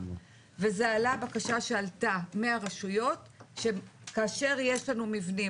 וזו בקשה שעלתה מהרשויות שכאשר יש לנו מבנים